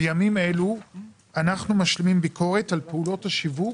בימים אלה אנחנו משלימים ביקורת על פעולות השיווק